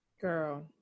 girl